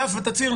דף ותצהיר,